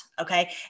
Okay